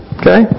okay